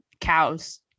cows